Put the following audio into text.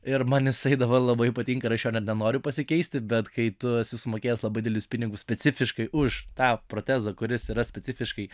ir man jisai dabar labai patinka ir aš jo net benoriu pasikeisti bet kai tu esi sumokėjęs labai didelius pinigus specifiškai už tą protezą kuris yra specifiškai